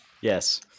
Yes